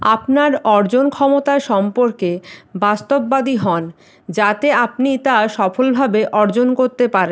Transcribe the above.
আপনার অর্জনক্ষমতা সম্পর্কে বাস্তববাদী হন যাতে আপনি তা সফলভাবে অর্জন করতে পারেন